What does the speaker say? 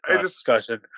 discussion